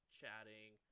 chatting